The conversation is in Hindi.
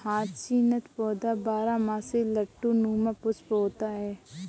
हाचीनथ पौधा बारहमासी लट्टू नुमा पुष्प होता है